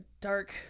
dark